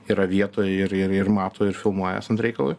yra vietoje ir ir ir mato ir filmuoja esant reikalui